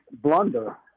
blunder